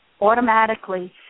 automatically